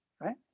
right